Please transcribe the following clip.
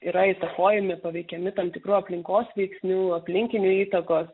yra įtakojami paveikiami tam tikrų aplinkos veiksnių aplinkinių įtakos